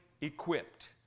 equipped